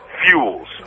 fuels